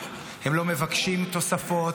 הם לא מבקשים תוספות,